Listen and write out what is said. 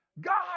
God